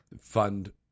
fund